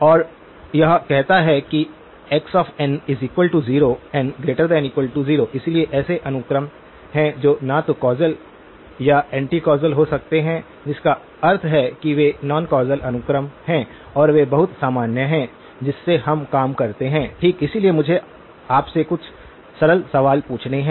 और यह कहता है कि xn0 n≥0 इसलिए ऐसे अनुक्रम हैं जो न तो कौसल या एंटी कौसल हो सकते हैं जिसका अर्थ है कि वे नॉन कौसल अनुक्रम हैं और वे बहुत सामान्य हैं जिससे हम काम करते हैं ठीक इसलिए मुझे आपसे कुछ सरल सवाल पूछने हैं